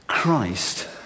Christ